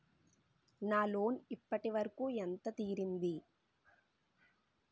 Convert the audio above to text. నా లోన్ ఇప్పటి వరకూ ఎంత తీరింది?